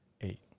eight